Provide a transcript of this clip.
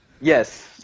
yes